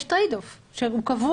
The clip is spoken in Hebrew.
יש trade off שקבוע